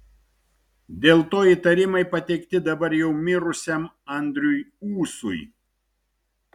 dėl to įtarimai pateikti dabar jau mirusiam andriui ūsui